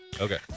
Okay